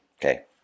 Okay